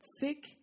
thick